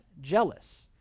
jealous